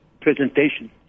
presentation